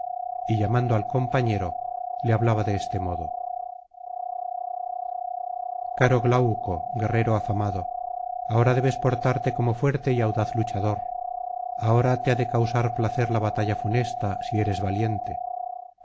y llamando al compañero le hablaba de este modo caro glauco guerrero afamado ahora debes portarte como fuerte y audaz luchador ahora te ha de causar placer la batalla funesta si eres valiente